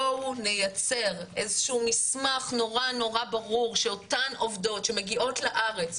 בואו נייצר איזה שהוא מסמך נורא נורא ברור שאותן עובדות שמגיעות לארץ,